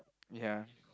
ya